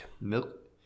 Milk